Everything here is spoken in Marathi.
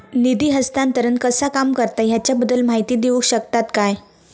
निधी हस्तांतरण कसा काम करता ह्याच्या बद्दल माहिती दिउक शकतात काय?